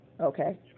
Okay